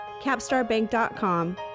capstarbank.com